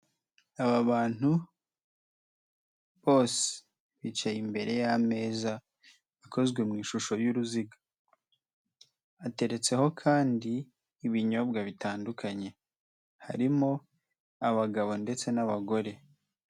Aba bantu bose bicaye imbere y'ameza akozwe mu ishusho y'uruziga. Ateretseho kandi ibinyobwa bitandukanye. Harimo abagabo ndetse n'abagore.